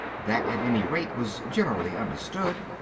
that at any rate was generally understood.